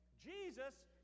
Jesus